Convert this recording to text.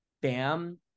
Bam